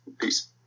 Peace